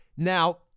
Now